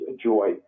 joy